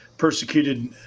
Persecuted